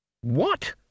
What